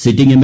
sitting M